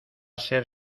ser